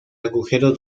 agujero